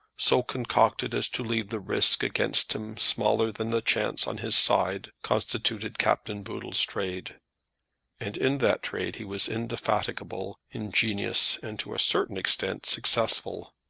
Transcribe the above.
so concocted as to leave the risk against him smaller than the chance on his side, constituted captain boodle's trade and in that trade he was indefatigable, ingenious, and, to a certain extent, successful.